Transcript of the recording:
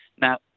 now